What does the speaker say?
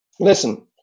Listen